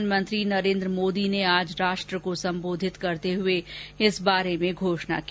प्रधानमंत्री नरेन्द्र मोदी ने आज राष्ट्र को सम्बोधित करते हुए इस बारे में घोषणा की